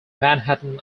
manhattan